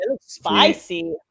Spicy